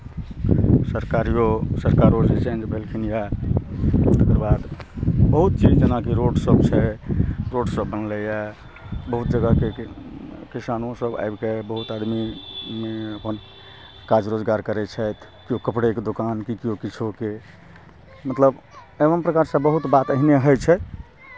सरकारियो सरकारो जे चेंज भेलखिन यए तकर बाद बहुत चीज जेनाकि रोडसभ छै रोडसभ बनलैए बहुत जगहके किसानोसभ आबि कऽ बहुत आदमी अपन काज रोजगार करै छथि किओ कपड़ेके दोकान कि किओ किछोके मतलब एवम प्रकारसँ बहुत बात एहिने होइ छै